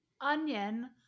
onion